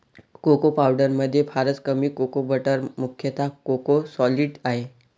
cocoa पावडरमध्ये फारच कमी कोको बटर मुख्यतः कोको सॉलिड आहे